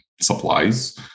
Supplies